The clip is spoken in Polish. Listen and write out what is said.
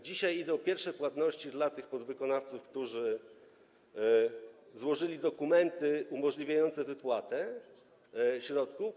Dzisiaj idą pierwsze płatności dla tych podwykonawców, którzy złożyli dokumenty umożliwiające wypłatę środków.